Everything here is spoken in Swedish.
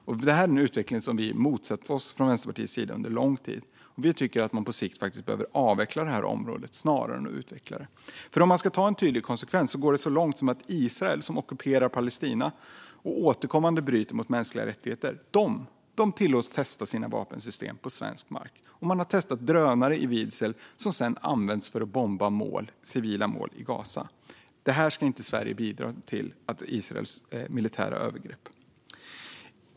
Det är en utveckling som vi från Vänsterpartiet har motsatt oss under lång tid. Vi tycker att man på sikt faktiskt behöver avveckla området snarare än utveckla det. Ska man ta upp en tydlig konsekvens går det nämligen så långt att Israel, som ockuperar Palestina och återkommande bryter mot mänskliga rättigheter, tillåts testa sina vapensystem på svensk mark. Bland annat har man testat drönare i Vidsel som senare har använts för att bomba civila mål i Gaza. Sverige ska inte bidra till Israels övergrepp.